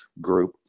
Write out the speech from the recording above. group